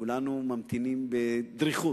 כולנו ממתינים בדריכות.